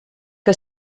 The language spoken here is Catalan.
que